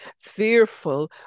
fearful